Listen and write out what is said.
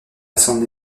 son